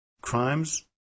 crimes